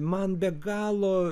man be galo